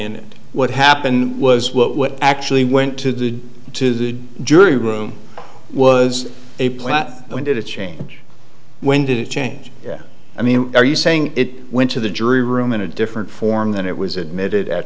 it what happened was what actually went to the to the jury room was a plot when did it change when did it change i mean are you saying it went to the jury room in a different form than it was admitted